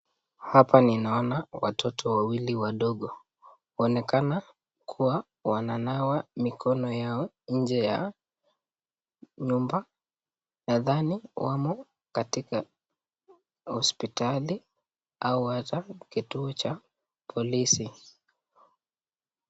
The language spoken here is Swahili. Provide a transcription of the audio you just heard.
Hapa ninaona watoto wawili wadogo. Wanaonekana kuwa wananawa mikono yao nje ya nyumba. Nadhani wamo katika hospitali au hata kituo cha polisi.